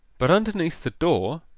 but underneath the door,